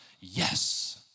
yes